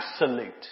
absolute